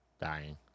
Dying